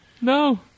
No